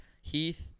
Heath